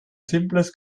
simples